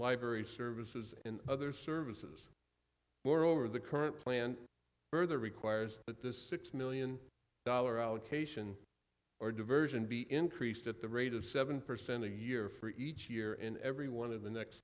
library services and other services moreover the current plan further requires that the six million dollar allocation or diversion be increased at the rate of seven percent a year for each year in every one of the next